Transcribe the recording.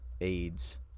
AIDS